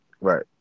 Right